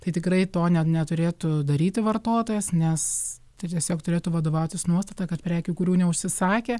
tai tikrai to ne neturėtų daryti vartotojas nes tiesiog turėtų vadovautis nuostata kad prekių kurių neužsisakė